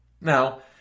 Now